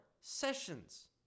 Sessions